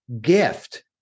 gift